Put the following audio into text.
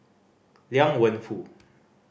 Liang Wenfu